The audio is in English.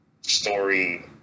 story